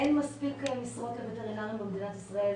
אין מספיק משרות לווטרינרים במדינת ישראל,